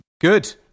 Good